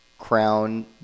Crown